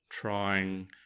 trying